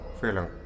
feeling